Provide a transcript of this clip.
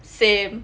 same